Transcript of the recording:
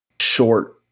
Short